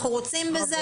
אנחנו רוצים בזה.